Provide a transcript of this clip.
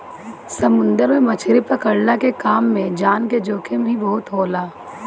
समुंदर में मछरी पकड़ला के काम में जान के जोखिम ही बहुते होला